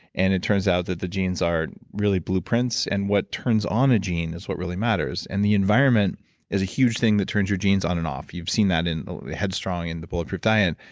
and it turns out that the genes are really blueprints, and what turns on a gene is what really matters, and the environment is a huge thing that turns your genes on and off. you've seen that in head strong and the bulletproof diet,